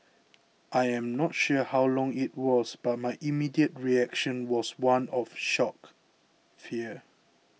I am not sure how long it was but my immediate reaction was one of shock fear